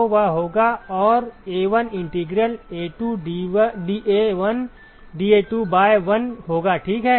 तो वह होगा और A1 integral A2 dA1 dA2 by 1 होगा ठीक है